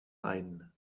ein